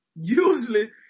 usually